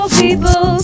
people